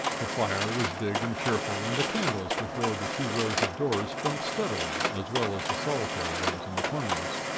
the fire was big and cheerful, and the candles before the two rows of doors, burnt steadily, as well as the solitary ones in the corners.